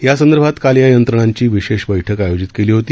यासंदर्भात काल या यंत्रणांची विशेष बैठक आयोजित केली होती